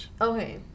Okay